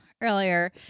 earlier